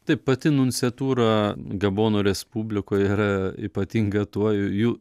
taip pati nunciatūra gabono respublikoj yra ypatinga tuoj jų